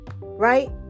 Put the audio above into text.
right